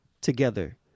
together